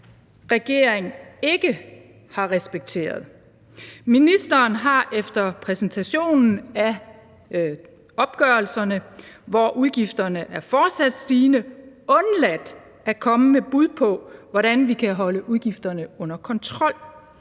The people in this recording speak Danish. regering ikke har respekteret. Ministeren har efter præsentationen af opgørelserne, hvor udgifterne er fortsat stigende, undladt at komme med bud på, hvordan vi kan holde udgifterne under kontrol.